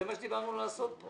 זה מה שדיברנו לעשות.